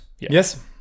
Yes